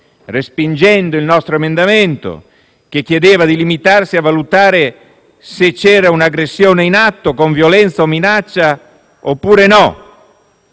respingendo il nostro emendamento che chiedeva di limitarsi a valutare se c'era un'aggressione in atto con violenza o minaccia, oppure no.